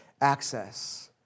access